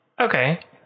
Okay